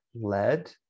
lead